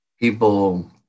people